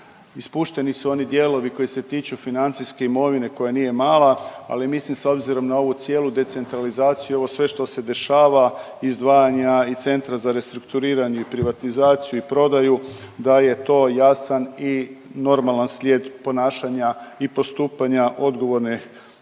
ispušteni su oni dijelovi koji se tiču financijske imovine koja nije mala, ali mislim, s obzirom na ovu cijelu decentralizaciju, ovo sve što se dešava, izdvajanja i centra za restrukturiranje i privatizaciju i prodaju, da je to jasan i normalan slijed ponašanja i postupanja odgovorne